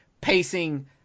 pacing